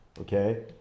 okay